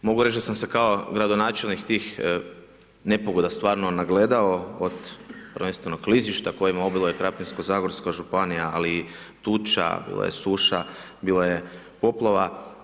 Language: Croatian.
Mogu reći da sam se kao gradonačelnik tih nepogoda stvarno nagledao, prvenstveno klizišta kojima obiluje Krapinsko-zagorska županija, ali i tuča, bilo je suša, bilo je poplava.